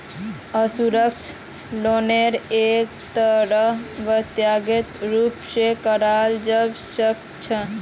असुरक्षित लोनेरो एक स्तरेर व्यक्तिगत रूप स कराल जबा सखा छ